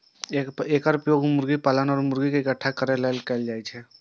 एकर उपयोग मुर्गी पालन मे मुर्गी कें इकट्ठा करै लेल कैल जाइ छै